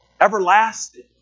Everlasting